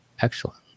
excellent